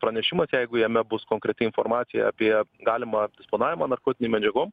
pranešimas jeigu jame bus konkreti informacija apie galimą disponavimą narkotinėm medžiagom